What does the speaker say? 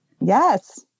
Yes